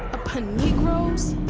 upon negroes,